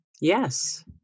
Yes